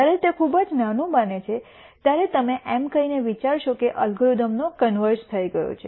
જ્યારે તે ખૂબ જ નાનું બને છે ત્યારે તમે એમ કહીને વિચારશો કે અલ્ગોરિધમનો કન્વર્ઝ થઈ ગયો છે